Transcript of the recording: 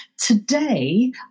Today